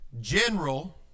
general